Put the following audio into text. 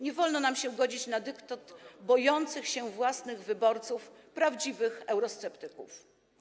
Nie wolno nam się godzić na dyktat bojących się własnych wyborców prawdziwych eurosceptyków.